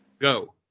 go